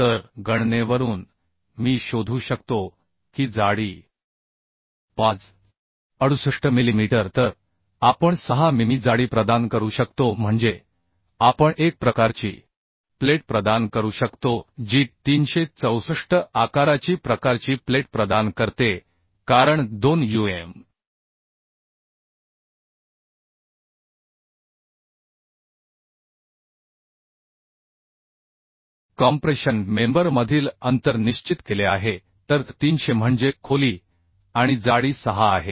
तर गणनेवरून मी शोधू शकतो की जाडी 5 आहे 68 मिलीमीटर तर आपण 6 मिमी जाडी प्रदान करू शकतो म्हणजे आपण एक प्रकारची प्लेट प्रदान करू शकतो जी 364 आकाराची प्रकारची प्लेट प्रदान करते कारण 2 um कॉम्प्रेशन मेंबर मधील अंतर निश्चित केले आहे तर 300 म्हणजे खोली आणि जाडी 6 आहे